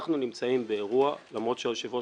אנחנו נמצאים באירוע למרות שהיושב-ראש